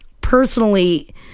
personally